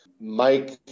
Mike